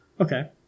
Okay